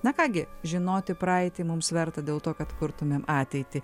na ką gi žinoti praeitį mums verta dėl to kad kurtumėm ateitį